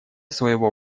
своего